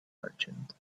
merchant